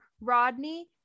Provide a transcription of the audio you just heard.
rodney